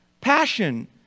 passion